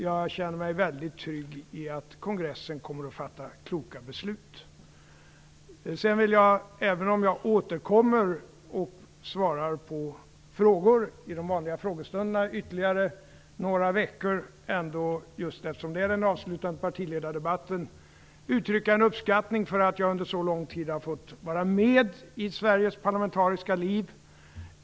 Jag känner mig väldigt trygg i förvissningen om att kongressen kommer att fatta kloka beslut. Även om jag återkommer och svarar på frågor vid frågestunderna i ytterligare några veckor vill jag ändå, eftersom det för mig är den avslutande partiledardebatten, uttrycka en uppskattning för att jag under så lång tid har fått vara med i Sveriges parlamentariska liv.